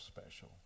special